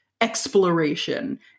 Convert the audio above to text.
exploration